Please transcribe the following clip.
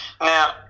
Now